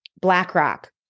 BlackRock